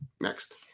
Next